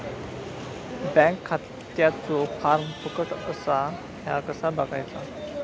Bank खात्याचो form फुकट असा ह्या कसा बगायचा?